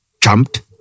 Jumped